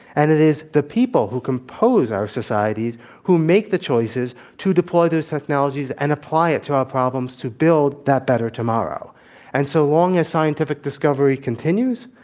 and it is the people who compose our societies who make the choices to deploy those technologies and apply it to our problems to build that better tomorrow and so long as scientific discovery continues,